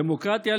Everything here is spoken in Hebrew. דמוקרטיה,